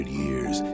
years